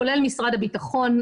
כולל משרד הביטחון.